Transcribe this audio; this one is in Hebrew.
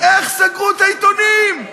איך סגרו את העיתונים?